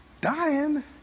Dying